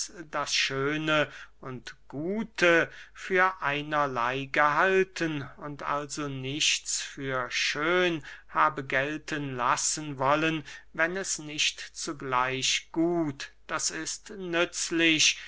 das schöne und gute für einerley gehalten und also nichts für schön habe gelten lassen wollen wenn es nicht zugleich gut d i nützlich